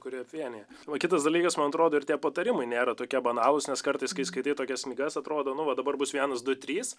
kuri vienija o kitas dalykas man atrodo ir tie patarimai nėra tokie banalūs nes kartais kai skaitai tokias knygas atrodo nu va dabar bus vienas du trys